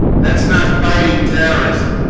that's not fighting terrorism